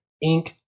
ink